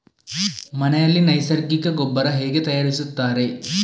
ಮನೆಯಲ್ಲಿ ನೈಸರ್ಗಿಕ ಗೊಬ್ಬರ ಹೇಗೆ ತಯಾರಿಸುತ್ತಾರೆ?